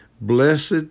Blessed